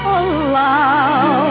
allow